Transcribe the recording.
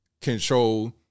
control